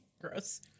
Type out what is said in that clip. Gross